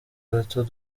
bato